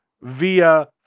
via